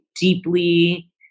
deeply